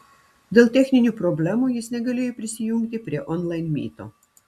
dėl techninių problemų jis negalėjo prisijungti prie onlain myto